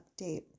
update